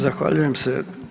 Zahvaljujem se.